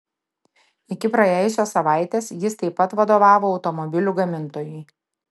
iki praėjusios savaitės jis taip pat vadovavo automobilių gamintojui